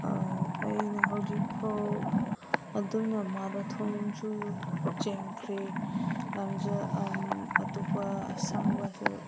ꯑꯩꯅ ꯍꯧꯖꯤꯛꯐꯥꯎ ꯑꯗꯨꯝꯅ ꯃꯔꯥꯊꯣꯟꯁꯨ ꯆꯦꯟꯈ꯭ꯔꯦ ꯂꯝꯖꯦꯜ ꯑꯇꯣꯞꯄ ꯑꯁꯥꯡꯕꯁꯨ